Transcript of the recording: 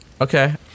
Okay